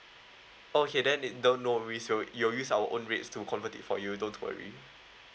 okay then it no no worries it will it will use our own rates to convert it for you don't too worry